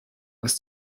was